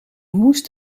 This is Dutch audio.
moest